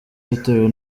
bitewe